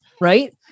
right